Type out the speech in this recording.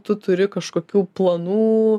tu turi kažkokių planų